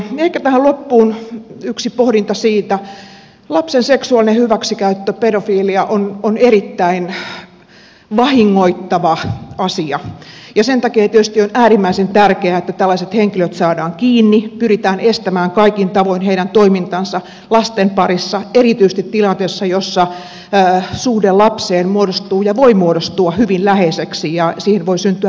ehkä tähän loppuun yksi pohdinta siitä että lapsen seksuaalinen hyväksikäyttö pedofilia on erittäin vahingoittava asia ja sen takia tietysti on äärimmäisen tärkeää että tällaiset henkilöt saadaan kiinni pyritään estämään kaikin tavoin heidän toimintansa lasten parissa erityisesti tilanteessa jossa suhde lapseen muodostuu ja voi muodostua hyvin läheiseksi ja siihen voi syntyä riippuvuussuhteita